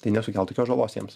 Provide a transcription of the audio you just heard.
tai nesukeltų jokios žalos jiems